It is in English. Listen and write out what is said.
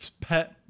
Pet